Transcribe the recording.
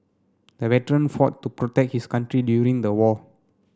the veteran fought to protect his country during the war